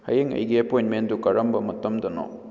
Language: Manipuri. ꯍꯌꯦꯡ ꯑꯩꯒꯤ ꯑꯦꯄꯣꯏꯟꯃꯦꯟꯗꯨ ꯀꯔꯝꯕ ꯃꯇꯝꯗꯅꯣ